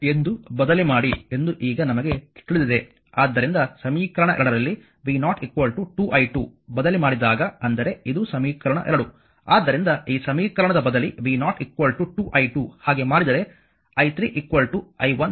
ಆದ್ದರಿಂದ ಸಮೀಕರಣ 2 ರಲ್ಲಿ v0 2 i2 ಬದಲಿ ಮಾಡಿದಾಗ ಅಂದರೆ ಇದು ಸಮೀಕರಣ 2 ಆದ್ದರಿಂದ ಈ ಸಮೀಕರಣದ ಬದಲಿ v0 2 i2 ಹಾಗೆ ಮಾಡಿದರೆ i3 i1 0